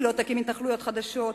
היא לא תקים התנחלויות חדשות,